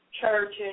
Churches